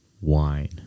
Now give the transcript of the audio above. wine